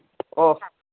ꯑꯣ